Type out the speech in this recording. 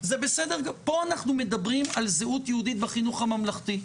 פה אנחנו מדברים על זהות יהודית בחינוך הממלכתי,